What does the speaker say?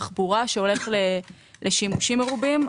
תחבורה, שהולך לשימושים מרובים.